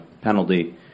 penalty